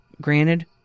Granted